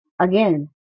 Again